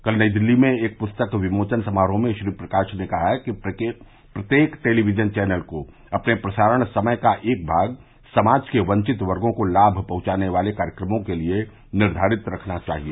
कल नई दिल्ली में एक पुस्तक विमोचन समारोह में श्री प्रकाश ने कहा कि प्रत्येक टेलीविजन चैनल को अपने प्रसारण समय का एक भाग समाज के वंचित वर्गों को लाम पहुंचाने वाले कार्यक्रमों के लिए निर्धारित रखना चाहिए